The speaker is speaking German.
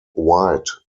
und